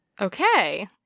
okay